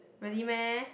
really meh